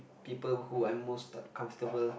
people who I most comfortable